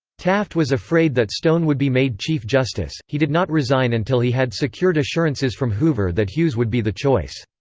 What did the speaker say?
taft was afraid that stone would be made chief justice he did not resign until he had secured assurances from hoover that hughes would be the choice.